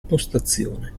postazione